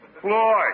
Floyd